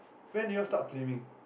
when you all start flaming